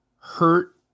hurt